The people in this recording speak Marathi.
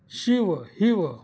शिव हिव